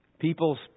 people's